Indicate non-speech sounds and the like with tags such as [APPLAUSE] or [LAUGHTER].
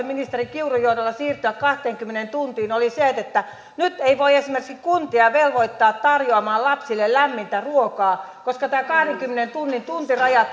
[UNINTELLIGIBLE] ministeri kiurun johdolla siirtyä kahteenkymmeneen tuntiin oli se että nyt ei voi esimerkiksi kuntia velvoittaa tarjoamaan lapsille lämmintä ruokaa koska tämä kahdenkymmenen tunnin tuntiraja [UNINTELLIGIBLE]